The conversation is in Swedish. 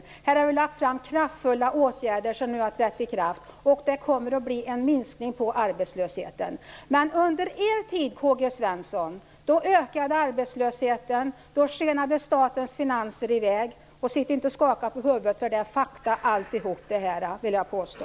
Vi har lagt fram förslag till kraftfulla åtgärder som nu har trätt i kraft, och det kommer att bli en minskning av arbetslösheten. Men under er tid i regeringen, Karl Gösta Svenson, ökade arbetslösheten, och statens finanser skenade i väg. Sitt inte och skaka på huvudet, för jag vill påstå att allt detta är fakta.